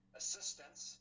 assistance